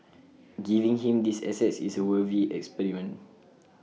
giving him these assets is A worthy experiment